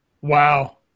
Wow